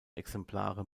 exemplare